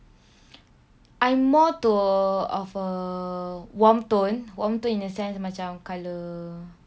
I'm more to of a warm tone warm tone in a sense macam colour